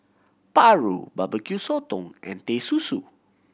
paru Barbecue Sotong and Teh Susu